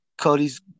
cody's